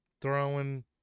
throwing